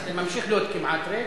זה ממשיך להיות כמעט ריק,